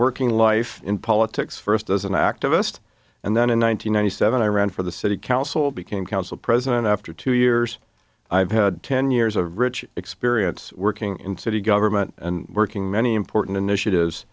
working life in politics first as an activist and then in one thousand nine hundred seven i ran for the city council became council president after two years i've had ten years of rich experience working in city government and working many important initiatives